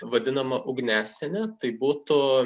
vadinama ugniasiene tai būtų